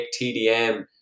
TDM